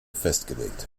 festgelegt